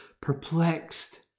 perplexed